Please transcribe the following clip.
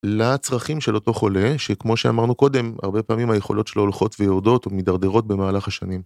לצרכים של אותו חולה שכמו שאמרנו קודם הרבה פעמים היכולות שלו הולכות ויורדות ומתדרדרות במהלך השנים.